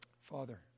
Father